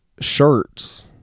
shirts